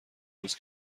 روز